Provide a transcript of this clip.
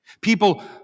people